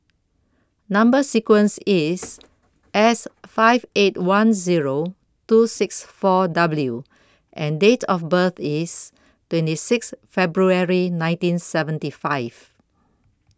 Number sequence IS S five eight one Zero two six four W and Date of birth IS twenty six February nineteen seventy five